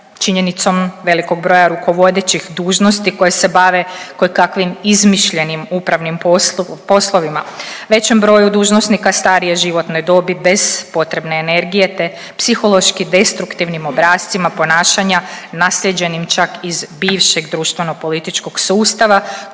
činjenicom velikog broja rukovodećih dužnosti koje se bave kojekakvim izmišljenim upravnim poslovima, većem broju dužnosnika starije životne dobi bez potrebne energije te psihološki destruktivnim obrascima ponašanja naslijeđenim čak iz bivšeg društvenopolitičkog sustava